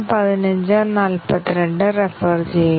ഇനി നമുക്ക് രണ്ടാമത്തെ ഉദാഹരണം നോക്കാം